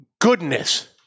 goodness